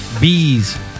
bees